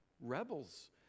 rebels